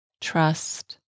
trust